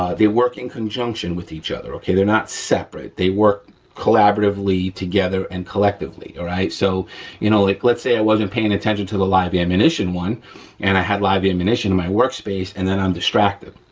they work in conjunction with each other, okay? they're not separate, they work collaboratively together and collectively right? so you know, like let's say i wasn't paying attention to the live ammunition one and i have live ammunition in my workspace and then i'm distracted,